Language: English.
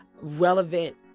relevant